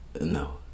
No